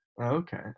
okay